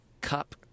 cup